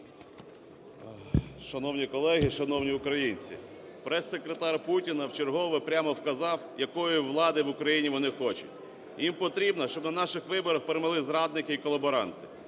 Шановні колеги! Шановні українці! Прес-секретар Путіна в чергове прямо вказав, якою влади в Україні вони хочуть. Їм потрібно, щоб на наших виборах перемогли зрадники і колаборанти.